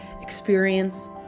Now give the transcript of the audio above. experience